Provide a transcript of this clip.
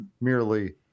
merely